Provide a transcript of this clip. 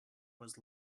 was